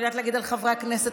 אני יודעת להגיד על חברי הכנסת,